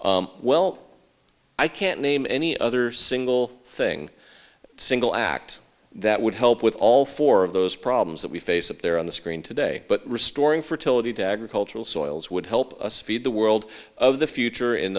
well i can't name any other single thing single act that would help with all four of those problems that we face up there on the screen today but restoring fertility to agricultural soils would help us feed the world of the future